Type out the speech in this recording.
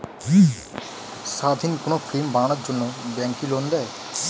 স্বাধীন কোনো ফিল্ম বানানোর জন্য ব্যাঙ্ক কি লোন দেয়?